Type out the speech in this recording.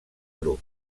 grup